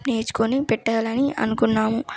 నేర్చుకొని పెట్టాలని అనుకున్నాము